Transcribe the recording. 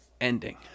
ending